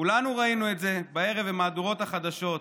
כולנו ראינו את זה בערב במהדורות החדשות,